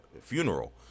funeral